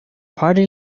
party